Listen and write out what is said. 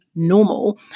normal